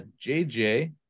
JJ